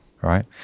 right